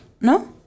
No